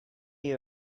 you